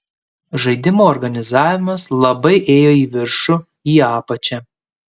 žaidimo organizavimas labai ėjo į viršų į apačią